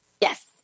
Yes